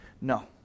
No